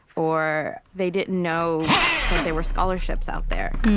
or they didn't know that there were scholarships out there.